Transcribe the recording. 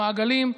ומעגלים,